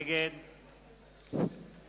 נגד